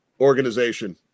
organization